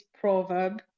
proverb